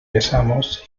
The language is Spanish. besamos